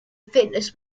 fitness